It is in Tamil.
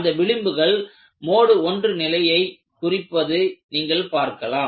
அந்த விளிம்புகள் மோடு 1 ஐ நிலையைக் குறிப்பது நீங்கள் பார்க்கலாம்